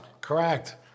Correct